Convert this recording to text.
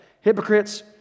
hypocrites